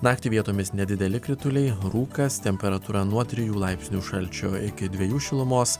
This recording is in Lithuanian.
naktį vietomis nedideli krituliai rūkas temperatūra nuo trijų laipsnių šalčio iki dviejų šilumos